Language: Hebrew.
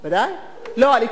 לא, הליכוד לא.